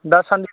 दा सान